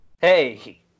Hey